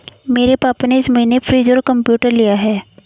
मेरे पापा ने इस महीने फ्रीज और कंप्यूटर लिया है